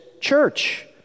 church